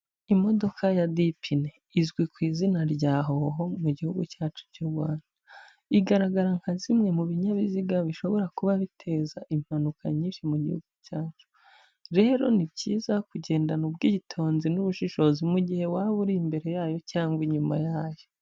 Imodoka ya dipine. Izwi ku izina rya Hoho mu gihugu cyacu cy'u Rwanda. Igaragara nka bimwe mu binyabiziga bishobora kuba biteza impanuka nyinshi mu gihugu cyacu. Rero ni byiza kugendana ubwitonzi n'ubushishozi, mu gihe waba uri imbere yayo cyangwa inyuma yayo.